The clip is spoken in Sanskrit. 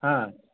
आम्